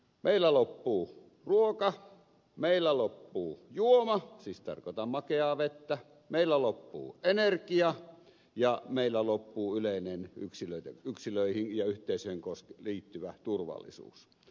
meillä loppuu ruoka meillä loppuu juoma siis tarkoitan makeaa vettä meillä loppuu energia ja meillä loppuu yleinen yksilöihin ja yhteisöön liittyvä turvallisuus